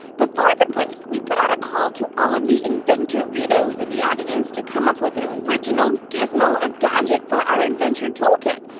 before the break, we put out a call to all of the inventoritos in the audience to come up with an original gizmo or gadget for our adventure tool kit.